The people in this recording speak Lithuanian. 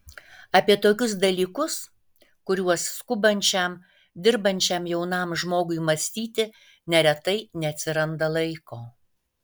apie tokius dalykus kuriuos skubančiam dirbančiam jaunam žmogui mąstyti neretai neatsiranda laiko